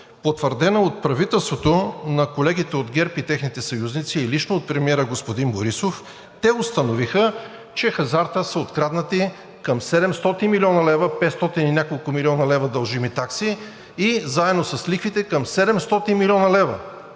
потвърдена от правителството на колегите от ГЕРБ и техните съюзници, и лично от премиера господин Борисов, те установиха, че с хазарта са откраднати към 700 млн. лв., 500 и няколко млн. лв. дължими такси, и заедно с лихвите – към 700 млн. лв.